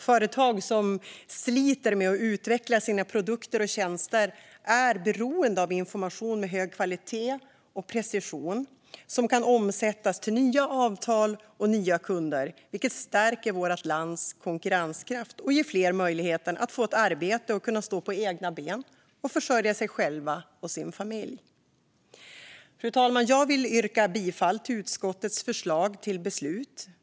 Företag som sliter med att utveckla sina produkter och tjänster är beroende av information med hög kvalitet och precision som kan omsättas till nya avtal och nya kunder, vilket stärker vårt lands konkurrenskraft och ger fler möjligheten att få ett arbete och kunna stå på egna ben och försörja sig själva och sin familj. Fru talman! Jag vill yrka bifall till utskottets förslag till beslut.